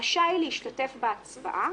רשאי להשתתף בהצבעה